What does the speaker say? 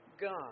God